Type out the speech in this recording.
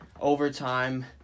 overtime